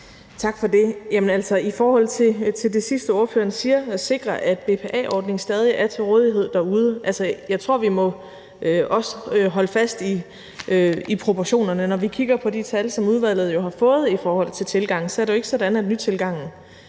Tak for det. I forhold til det sidste, ordføreren siger, om at sikre, at BPA-ordningen stadig er til rådighed derude, vil jeg sige, at jeg tror, vi må holde fast i proportionerne. Når vi kigger på de tal, som udvalget har fået i forhold til tilgangen, er det jo ikke sådan, at nytilgangen til